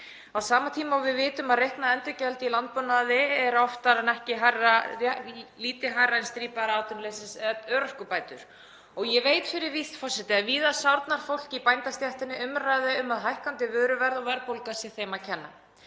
á sama tíma og við vitum að reiknað endurgjald í landbúnaði er oftar en ekki lítið hærra en strípaðar örorkubætur. Ég veit fyrir víst, forseti, að víða sárnar fólki í bændastéttinni umræða um að hækkandi vöruverð og verðbólga sé þeim að kenna.